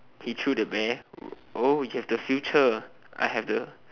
he threw the bear oh he have the future I have the